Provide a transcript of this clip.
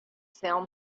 film